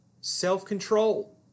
self-control